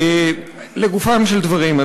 לגופם של דברים,